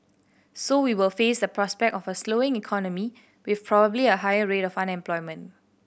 so we will face the prospect of a slowing economy with probably a higher rate of unemployment